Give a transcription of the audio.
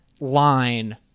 line